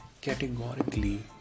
categorically